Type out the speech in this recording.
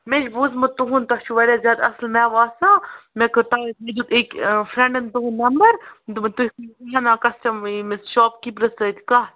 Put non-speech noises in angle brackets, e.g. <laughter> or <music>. مےٚ چھِ بوٗزمُت تُہٕنٛد تۄہہِ چھُو واریاہ زیادٕ اَصٕل میٚوٕ آسان مےٚ کٔر تَوٕے مےٚ دیُت أکۍ فریٚنٛڈَن تُہٕنٛد نمٛبر دۄپُن تُہۍ <unintelligible> ناو کَسٹَم ییٚمِس شاپکیٖپٔرَس سۭتۍ کَتھ